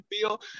feel